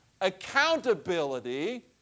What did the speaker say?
accountability